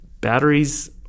batteries